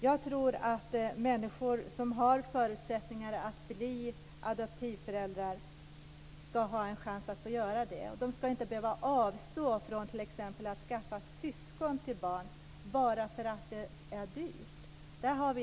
Jag tror att människor som har förutsättningar att bli adoptivföräldrar ska få en chans att bli det. De ska inte behöva avstå från t.ex. att skaffa syskon till barn bara för att det är dyrt.